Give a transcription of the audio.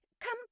come